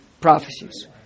prophecies